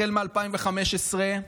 החל מ-2015,